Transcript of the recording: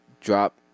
drop